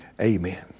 Amen